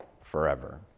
forever